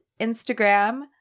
Instagram